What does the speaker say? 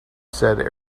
said